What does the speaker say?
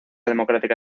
democrática